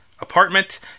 apartment